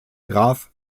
graf